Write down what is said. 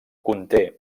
conté